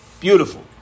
Beautiful